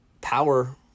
power